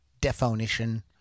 definition